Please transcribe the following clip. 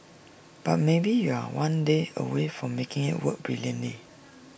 but maybe you're one day away from making IT work brilliantly